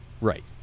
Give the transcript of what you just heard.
Right